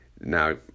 now